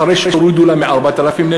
אחרי שהורידו לה מ-4,000.